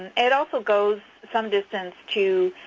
it also goes some distance to